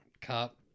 cop